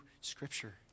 scripture